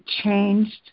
changed